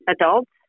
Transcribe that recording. adults